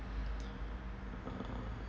uh